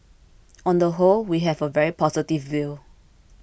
on the whole we have a very positive view